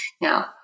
Now